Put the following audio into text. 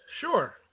Sure